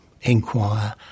inquire